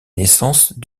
naissance